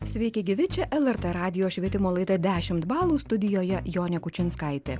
sveiki gyvi čia lrt radijo švietimo laida dešimt balų studijoje jonė kučinskaitė